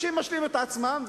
הם משלים את עצמם,